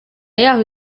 yaho